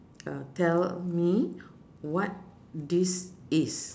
uh tell me what this is